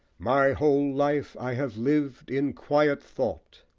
my whole life i have lived in quiet thought!